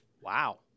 Wow